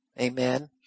Amen